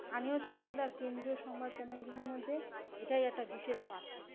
স্থানীয় সংবাদ আর কেন্দ্রীয় সংবাদ চ্যানেলগুলির মধ্যে এটাই একটা বিশেষ পার্থক্য